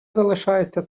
залишається